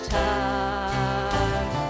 time